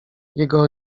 jego